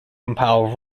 compile